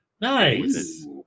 Nice